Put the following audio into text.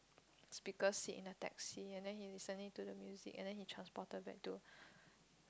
speaker sit in the taxi and then he listening to the music and then he transport back to